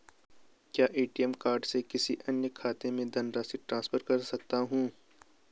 क्या ATM card से किसी अन्य खाते में धनराशि ट्रांसफर कर सकता हूँ?